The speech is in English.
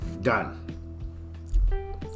Done